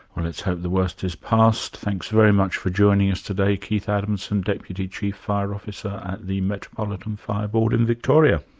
well let's hope the worst is past. thanks very much for joining us today, keith adamson, deputy chief fire officer at the metropolitan fire board in victoria.